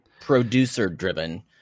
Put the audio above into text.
producer-driven